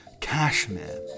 cashmere